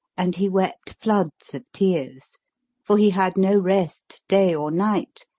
and he wept floods of tears for he had no rest day or night,